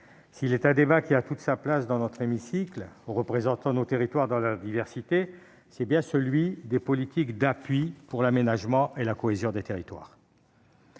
s'il est un débat qui a toute sa place dans notre hémicycle, le Sénat étant le représentant des territoires dans leur diversité, c'est bien celui des politiques d'appui à l'aménagement et la cohésion des territoires.